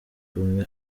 umwe